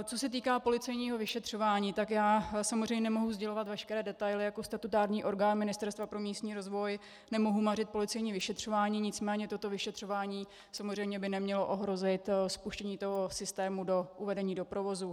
Co se týká policejního vyšetřování, tak já samozřejmě nemohu sdělovat veškeré detaily, jako statutární orgán Ministerstva pro místní rozvoj nemohu mařit policejní vyšetřování, nicméně toto vyšetřování by samozřejmě nemělo ohrozit spuštění toho systému, uvedení do provozu.